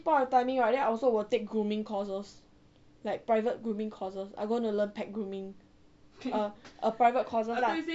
of timing right then I also will take grooming courses like private grooming courses I'm gonna learn pet grooming err private courses lah